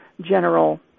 general